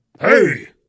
Hey